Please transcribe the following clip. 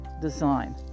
design